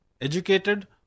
educated